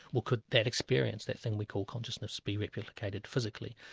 well could that experience, that thing we call consciousness, be replicated physically?